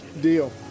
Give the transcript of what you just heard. Deal